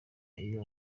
iyo